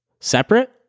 separate